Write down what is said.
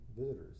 visitors